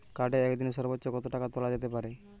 কার্ডে একদিনে সর্বোচ্চ কত টাকা তোলা যেতে পারে?